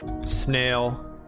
snail